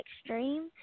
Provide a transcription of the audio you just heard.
extreme